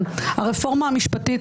הרפורמה המשפטית,